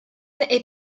est